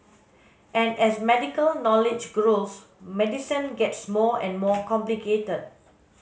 and as medical knowledge grows medicine gets more and more complicated